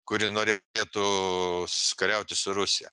kuri norė ėtų s kariauti su rusija